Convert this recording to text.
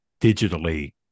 digitally